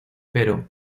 pero